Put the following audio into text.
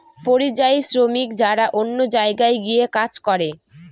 পরিযায়ী শ্রমিক যারা অন্য জায়গায় গিয়ে কাজ করে